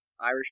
Irish